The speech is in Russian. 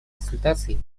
консультаций